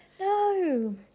no